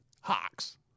hawks